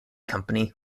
company